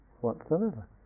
whatsoever